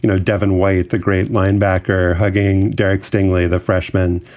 you know devin white, the great linebacker, hugging derek stingley, the freshman.